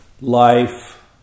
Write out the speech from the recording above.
life